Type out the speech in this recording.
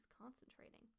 concentrating